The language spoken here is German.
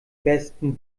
besten